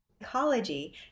psychology